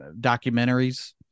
documentaries